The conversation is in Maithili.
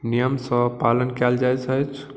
नियमसँ पालन कयल जाइत अछि